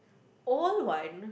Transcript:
old wine